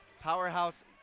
powerhouse